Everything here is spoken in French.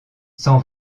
s’en